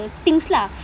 the things lah